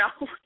no